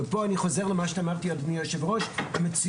ופה אני חושב למה שאמרת אדוני היו"ר מצוינות,